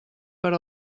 per